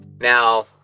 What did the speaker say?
Now